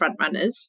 frontrunners